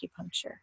acupuncture